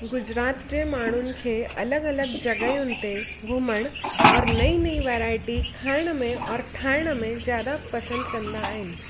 गुजरात जे माण्हुनि खे अलॻि अलॻि जॻहियुनि ते घुमणु और नई नई वैरायटी खाइण में और ठाहिण में ज्यादा पसंदि कंदा आहिनि